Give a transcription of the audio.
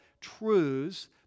truths